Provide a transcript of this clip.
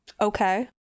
Okay